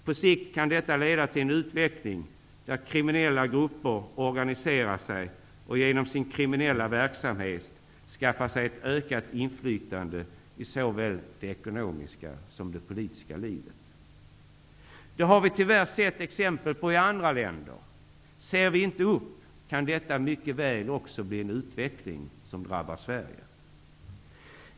På sikt kan detta leda till en utveckling där kriminella grupper organiserar sig och genom sin kriminella verksamhet skaffar sig ett ökat inflytande i såväl det ekonomiska som det politiska livet. Det har vi tyvärr sett exempel på i andra länder. Om vi inte ser upp kan detta mycket väl också bli en utveckling som drabbar Sverige.